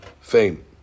fame